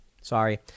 Sorry